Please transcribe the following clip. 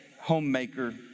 homemaker